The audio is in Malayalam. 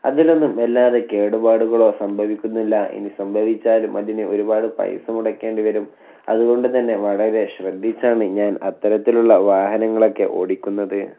അതിലൊന്നും വല്ലാതെ കേടുപാടുകളോ സംഭവിക്കുന്നില്ല ഇനി സംഭവിച്ചാലും അതിന് ഒരുപാട് പൈസ മുടക്കേണ്ടി വരും അതുകൊണ്ട് തന്നെ വളരെ ശ്രദ്ധിച്ചാണ് ഞാൻ അത്തരത്തിലുള്ള വാഹനങ്ങളൊക്കെ ഓടിക്കുന്നത്